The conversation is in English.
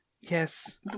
Yes